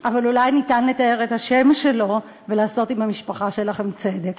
אבל אולי ניתן לטהר את השם שלו ולעשות עם המשפחה שלכם צדק.